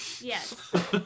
Yes